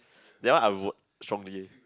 ya I would strongly